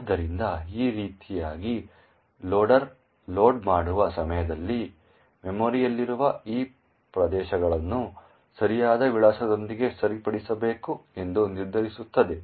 ಆದ್ದರಿಂದ ಈ ರೀತಿಯಾಗಿ ಲೋಡರ್ ಲೋಡ್ ಮಾಡುವ ಸಮಯದಲ್ಲಿ ಮೆಮೊರಿಯಲ್ಲಿರುವ ಈ ಪ್ರದೇಶಗಳನ್ನು ಸರಿಯಾದ ವಿಳಾಸದೊಂದಿಗೆ ಸರಿಪಡಿಸಬೇಕು ಎಂದು ನಿರ್ಧರಿಸುತ್ತದೆ